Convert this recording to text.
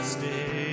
Stay